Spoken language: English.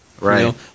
Right